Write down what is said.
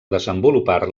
desenvolupar